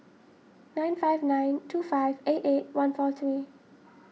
nine five nine two five eight eight one four three